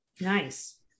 nice